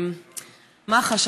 מח"ש,